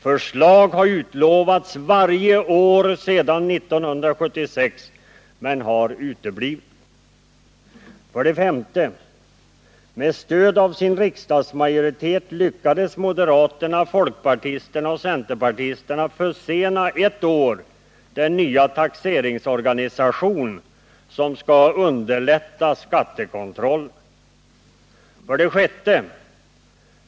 Förslag har utlovats varje år sedan 1976 men uteblivit. 5. Med stöd av sin riksdagsmajoritet lyckades moderaterna, folkpartisterna och centerpartisterna försena ett år den nya taxeringsorganisation som skall underlätta skattekontrollen. 6.